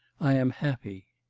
i am happy.